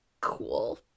Cool